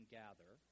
gather